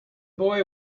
boy